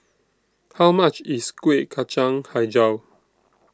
How much IS Kueh Kacang Hijau